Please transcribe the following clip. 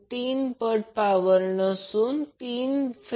त्याचप्रमाणे जर Ic पहा